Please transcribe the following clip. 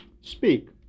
speak